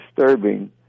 disturbing